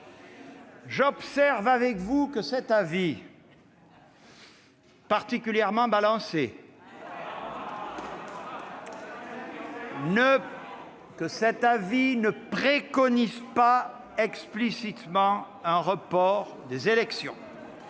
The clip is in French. J'observe avec vous que cet avis, particulièrement balancé, ne préconise pas explicitement un report des élections.